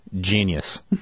genius